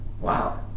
wow